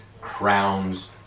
crowns